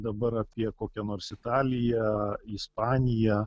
dabar apie kokią nors italiją ispaniją